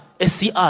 SCR